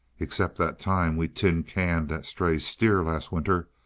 except that time we tin-canned that stray steer, last winter,